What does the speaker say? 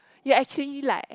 you're actually like